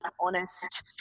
honest